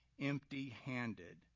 empty-handed